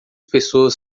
pessoas